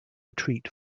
retreat